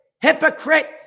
hypocrite